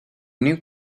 new